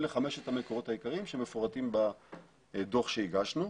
אלה חמשת המקומות העיקריים שמפורטים בדו"ח שהגשנו.